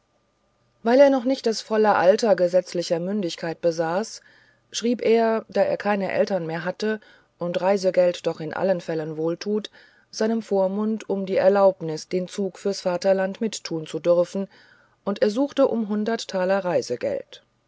weil er noch nicht das volle alter gesetzlicher mündigkeit besaß schrieb er da er keine eltern mehr hatte und reisegeld doch in allen fällen wohltut seinem vormund um die erlaubnis den zug fürs vaterland mittun zu dürfen und ersuchte um hundert taler reisegeld